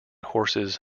horses